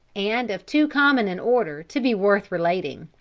and of too common an order, to be worth relating.